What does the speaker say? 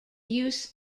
use